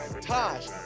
Tosh